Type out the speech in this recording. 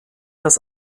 das